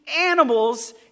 animals